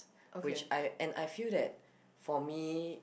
which I and I feel that for me